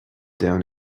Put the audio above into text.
down